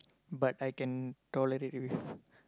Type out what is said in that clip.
but I can tolerate with